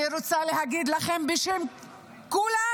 אני רוצה להגיד לכם בשם כולנו,